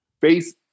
face